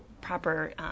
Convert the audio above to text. proper